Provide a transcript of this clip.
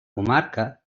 comarca